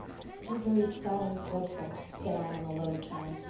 it's so very sad and dreadful, said anne in a low tone.